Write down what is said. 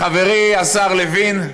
חברי השר לוין,